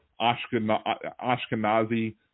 Ashkenazi